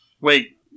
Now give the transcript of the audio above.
Wait